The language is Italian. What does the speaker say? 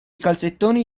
calzettoni